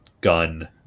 gun